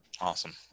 Awesome